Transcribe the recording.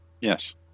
Yes